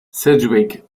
sedgwick